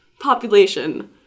population